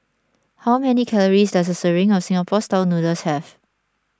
how many calories does a serving of Singapore Style Noodles have